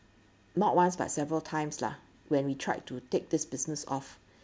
not once but several times lah when we tried to take this business off